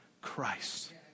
Christ